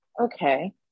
Okay